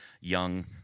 young